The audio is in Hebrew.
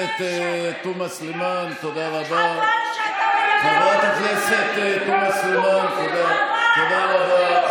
תראו ליהודים, חבר הכנסת תומא סלימאן, תודה רבה.